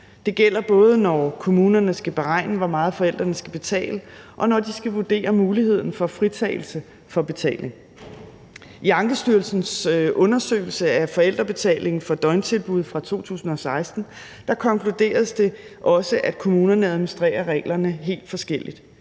Det gælder både, når kommunerne skal beregne, hvor meget forældrene skal betale, og når de skal vurdere muligheden for fritagelse for betaling. I Ankestyrelsens undersøgelse af forældrebetalingen for døgntilbud fra 2016 konkluderes det også, at kommunerne administrerer reglerne helt forskelligt.